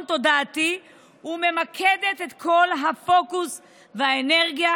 תודעתי וממקדת את כל הפוקוס והאנרגיה